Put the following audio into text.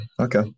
Okay